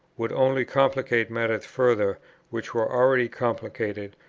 would only complicate matters further which were already complicated,